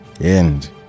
End